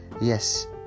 Yes